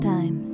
Time